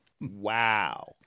Wow